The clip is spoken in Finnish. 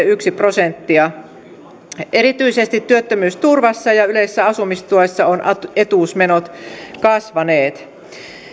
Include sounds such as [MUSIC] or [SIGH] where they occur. [UNINTELLIGIBLE] yksi prosenttia erityisesti työttömyysturvassa ja yleisessä asumistuessa ovat etuusmenot kasvaneet